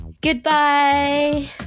Goodbye